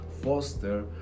foster